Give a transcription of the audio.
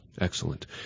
Excellent